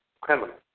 criminal